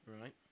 Right